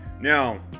Now